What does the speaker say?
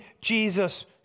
Jesus